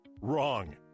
Wrong